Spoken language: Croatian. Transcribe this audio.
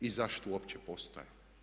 I zašto uopće postoje?